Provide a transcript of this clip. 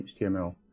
HTML